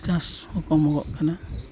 ᱪᱟᱥ ᱦᱚᱸ ᱠᱚᱢ ᱜᱚᱫ ᱠᱟᱱᱟ